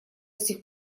сих